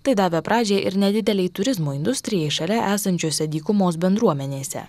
tai davė pradžią ir nedidelei turizmo industrijai šalia esančiose dykumos bendruomenėse